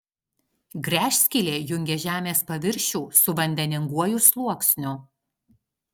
gręžskylė jungia žemės paviršių su vandeninguoju sluoksniu